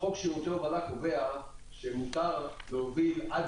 חוק שירותי הובלה קובע שמותר להוביל עד